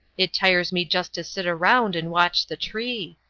it tires me just to sit around and watch the tree.